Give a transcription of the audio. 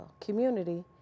community